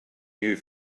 new